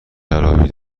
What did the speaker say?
شرابی